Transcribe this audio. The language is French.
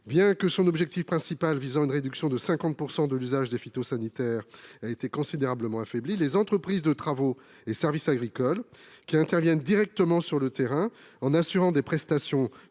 Bien que son objectif principal d’une réduction de 50 % de l’usage de ces substances ait été considérablement affaibli, les entreprises de travaux et services agricoles, qui interviennent directement sur le terrain en assurant des prestations